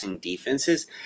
Defenses